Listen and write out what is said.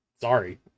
Sorry